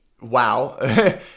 wow